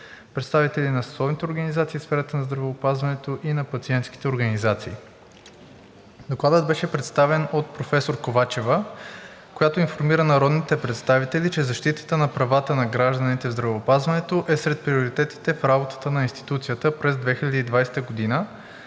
представители на съсловните организации в сферата на здравеопазването и на пациентските организации. Докладът беше представен от професор Ковачева, която информира народните представители, че защитата на правата на гражданите в здравеопазването е сред приоритетите в работата на институцията през 2020 г.,